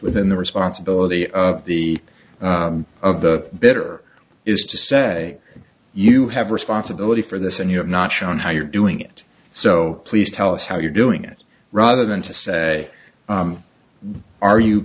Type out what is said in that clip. within the responsibility of the of the better is to say you have responsibility for this and you have not shown how you're doing it so please tell us how you're doing it rather than to say are you